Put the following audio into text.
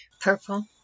Purple